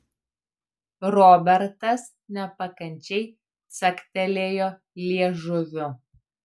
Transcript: robertas nepakančiai caktelėjo liežuviu